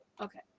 okay